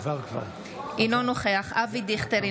אינו נוכח אבי דיכטר,